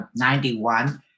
91